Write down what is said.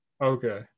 Okay